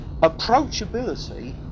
approachability